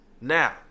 Now